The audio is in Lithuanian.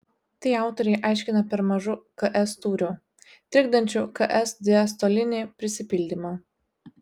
tai autoriai aiškina per mažu ks tūriu trikdančiu ks diastolinį prisipildymą